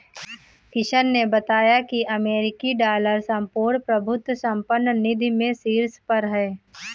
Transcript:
किशन ने बताया की अमेरिकी डॉलर संपूर्ण प्रभुत्व संपन्न निधि में शीर्ष पर है